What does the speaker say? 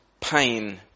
pain